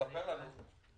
תספר לנו.